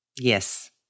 Yes